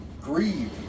grieve